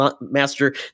master